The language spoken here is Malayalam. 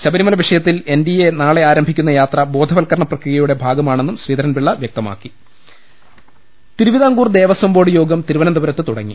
ശബരിമല വിഷയ ത്തിൽ എൻ ഡി എ നാളെ ആരംഭിക്കുന്ന യാത്ര ബോധവത്ക രണ പ്രക്രിയയുടെ ഭാഗമാണെന്നും ശ്രീധരൻപിള്ള വൃക്തമാ ക്കി തിരുവിതാംകൂർ ദേവസ്ഥം ബോർഡ് യോഗം തിരുവനന്തപു രത്ത് തുടങ്ങി